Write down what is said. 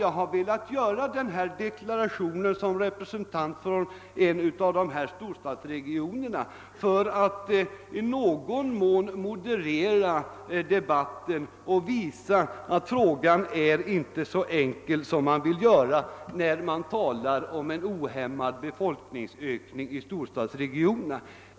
Jag har velat göra denna deklaration som representant för en av dessa storstadsregioner för att i någon mån moderera debatten och visa att frågan inte är så enkel som man vill göra den, när man talar om en ohämmad befolkningsökning i storstadsregionerna.